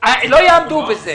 לא יעמדו בזה.